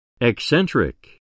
Eccentric